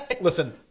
Listen